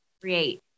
create